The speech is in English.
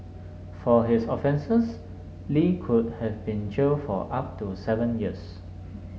for his offences Li could have been jailed for up to seven years